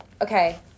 Okay